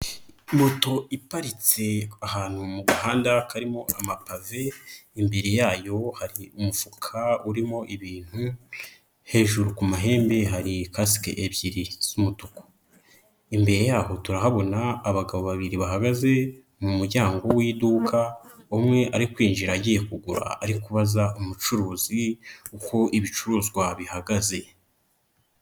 Moto iparitse ahantu mu gahanda karimo amapave, imbere yayo hari umufuka urimo ibintu, hejuru ku mahembe hari kasike ebyiri z'umutuku, imbere y'aho turahabona abagabo babiri bahagaze mu muryango w'iduka, umwe ari kwinjira agiye kugura ari kubaza umucuruzi uko ibicuruzwa bihagaze.